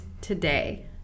today